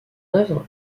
œuvre